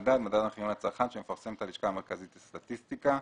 "מדד" מדד המחירים לצרכן שמפרסמת הלשכה המרכזית לסטטיסטיקה.